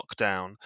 lockdown